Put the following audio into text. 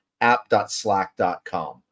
app.slack.com